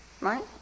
right